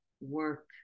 work